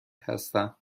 هستم